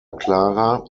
clara